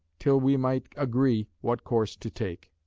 till we might agree what course to take.